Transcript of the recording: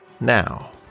now